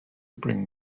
bring